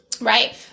Right